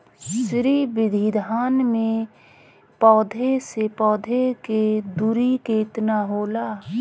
श्री विधि धान में पौधे से पौधे के दुरी केतना होला?